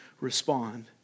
respond